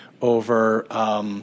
over